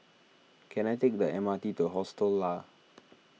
can I take the M R T to Hostel Lah